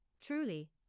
truly